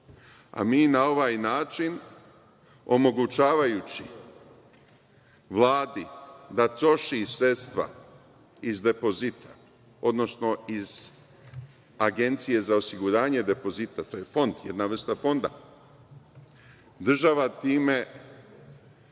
na ovaj način, omogućavajući Vladi da troši sredstva iz depozita, odnosno iz Agencije za osiguranje depozita, to je fond, jedna vrsta fonda, država time